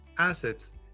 assets